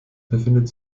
befindet